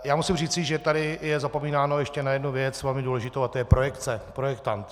Já musím říci, že tady je zapomínáno ještě na jednu věc, velmi důležitou, a to je projekce, projektant.